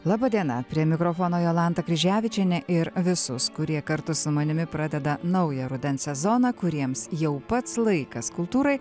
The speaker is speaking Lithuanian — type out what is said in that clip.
laba diena prie mikrofono jolanta kryževičienė ir visus kurie kartu su manimi pradeda naują rudens sezoną kuriems jau pats laikas kultūrai